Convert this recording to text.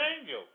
angel